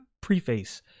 preface